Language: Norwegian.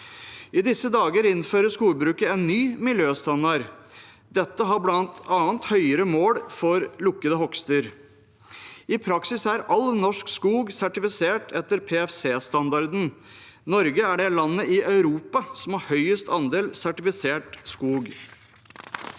I disse dager innfører skogbruket en ny miljøstandard. Den har bl.a. høyere mål for lukkede hogster. I praksis er all norsk skog sertifisert etter PEFC-standarden. Norge er det landet i Europa som har høyest andel sertifisert skog.